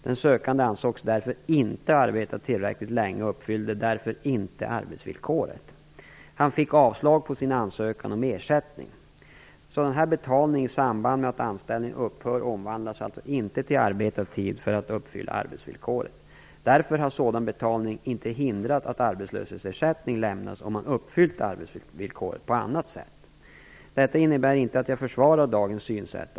Den sökande ansågs därför inte ha arbetat tillräckligt länge och uppfyllde därför inte arbetsvillkoret. Han fick avslag på sin ansökan om ersättning. Sådan här betalning i samband med att anställning upphör omvandlas alltså inte till arbetad tid för att uppfylla arbetsvillkoret. Därför har sådan betalning inte hindrat att arbetslöshetsersättning lämnats om man uppfyllt arbetsvillkoret på annat sätt. Detta innebär inte att jag försvarar dagens synsätt.